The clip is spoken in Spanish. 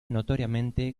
notoriamente